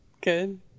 Good